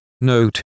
note